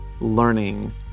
learning